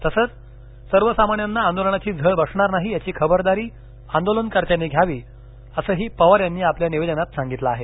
तसंच सर्वसामान्याना आदोलनाची झळ बसणार नाही याची खबरदारी आंदोलनकर्त्यांनी घ्यावी असंही पवार यांनी आपल्या निवेदनात सांगितलं आहे